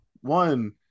one